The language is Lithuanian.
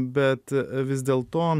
bet vis dėlto